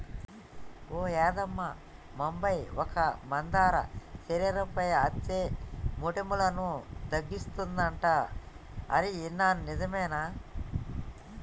ఓ యాదమ్మ తొంబై ఒక్క మందార శరీరంపై అచ్చే మోటుములను తగ్గిస్తుందంట అని ఇన్నాను నిజమేనా